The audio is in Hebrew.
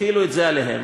החילו את זה עליהן.